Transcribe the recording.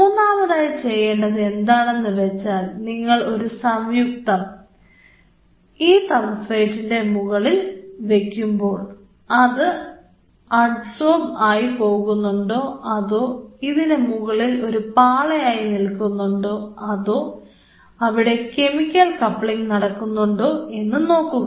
മൂന്നാമതായി ചെയ്യേണ്ടത് എന്താണെന്നുവെച്ചാൽ നിങ്ങൾ ഒരു സംയുക്തം ഈ സബ്സ്ട്രേറ്റിന്റെ മുകളിൽ വെക്കുമ്പോൾ അത് അഡ്സോർബ് ആയി പോകുന്നുണ്ടോ അതോ ഇതിനു മുകളിൽ ഒരു പാള ആയി നിൽക്കുകയാണോ അതോ അവിടെ കെമിക്കൽ കപ്ലിങ് നടക്കുന്നുണ്ടോ എന്ന് നോക്കുക